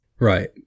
Right